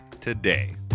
today